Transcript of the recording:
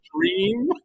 dream